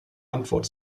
antwort